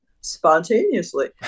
spontaneously